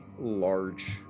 large